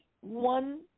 one